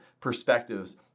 perspectives